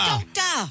doctor